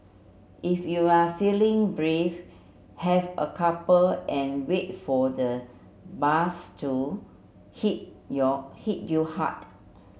if you're feeling brave have a couple and wait for the buzz to hit your hit you hard